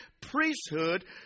priesthood